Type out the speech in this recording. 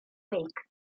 wake